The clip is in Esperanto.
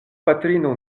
patrino